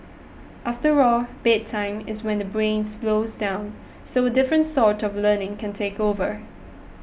after all bedtime is when the brain slows down so a different sort of learning can take over